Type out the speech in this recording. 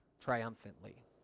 triumphantly